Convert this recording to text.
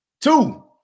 Two